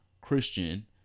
Christian